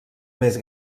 més